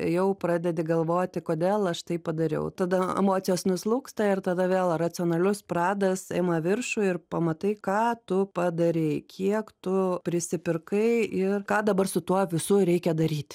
jau pradedi galvoti kodėl aš taip padariau tada emocijos nuslūgsta ir tada vėl racionalius pradas ima viršų ir pamatai ką tu padarei kiek tu prisipirkai ir ką dabar su tuo visu reikia daryti